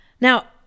Now